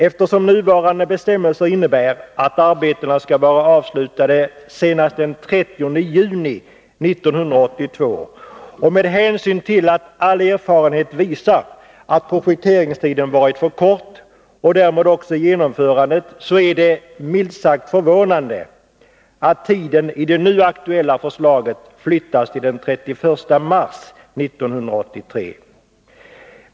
Eftersom nuvarande bestämmelser innebär att arbetena skall vara avslutade senast den 30 juni 1982 och med hänsyn till att all erfarenhet visar att tiden för projektering och därmed också genomförande varit för kort, är det — milt sagt — förvånande att tidpunkten i det nu aktuella förslaget flyttas till den 31 mars 1983.